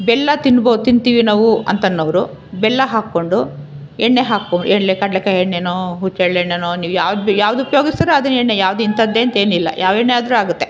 ಬೆಲ್ಲ ತಿನ್ಬೋ ತಿಂತೀವಿ ನಾವು ಅಂಥನ್ನವ್ರು ಬೆಲ್ಲ ಹಾಕ್ಕೊಂಡು ಎಣ್ಣೆ ಹಾಕ್ಕೊ ಎಣ್ಣೆ ಕಡ್ಲೆಕಾಯಿ ಎಣ್ಣೆನೋ ಹುಚ್ಚೆಳ್ಳೆಣ್ಣೆನೊ ನೀವು ಯಾವ್ದ್ಯಾವುದು ಉಪಯೋಗಿಸ್ತೀರೊ ಅದನ್ನ ಎಣ್ಣೆ ಅದು ಯಾವ್ದು ಇಂಥದ್ದೇ ಅಂತ ಏನಿಲ್ಲ ಯಾವ ಎಣ್ಣೆಯಾದರೂ ಆಗುತ್ತೆ